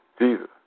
Jesus